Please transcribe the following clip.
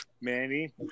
Manny